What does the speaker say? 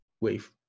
wave